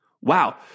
Wow